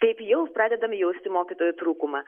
taip jau pradedam jausti mokytojų trūkumą